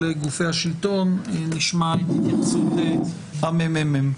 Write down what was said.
גופי השלטון ונשמע את התייחסות הממ"מ.